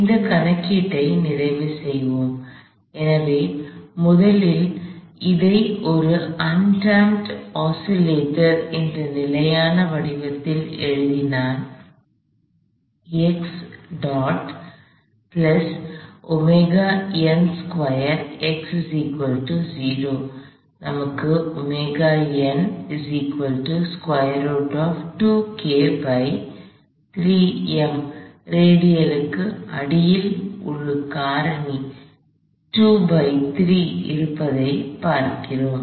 இந்தக் கணக்கீட்டை நிறைவு செய்வோம் எனவே முதலில் இதை ஒரு ஆன்டம்பெட் ஓசிலேடர் என்ற நிலையான வடிவத்தில் எழுதினால் நமக்கு ரேடிக்கலுக்கு அடியில் ஒரு காரணி இருப்பதைக் காண்கிறோம்